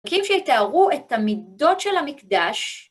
פסוקים שתארו את המידות של המקדש,